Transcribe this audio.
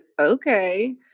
okay